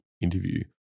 interview